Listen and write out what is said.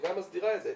החקיקה מסדירה את זה.